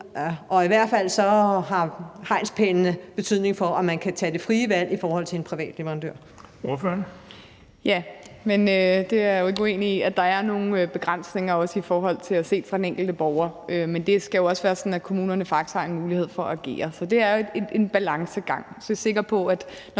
og i hvert fald har hegnspælene en betydning for, om man kan tage det frie valg i forhold til en privat leverandør. Kl. 15:53 Den fg. formand (Erling Bonnesen): Ordføreren. Kl. 15:53 Ida Auken (S): Jeg er jo ikke uenig i, at der er nogle begrænsninger i forhold til også at se det fra den enkelte borgers side. Men det skal jo også være sådan, at kommunerne faktisk har en mulighed for at agere. Så det er jo en balancegang. Så er jeg sikker på, at